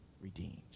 redeemed